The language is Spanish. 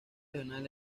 regionales